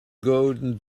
golden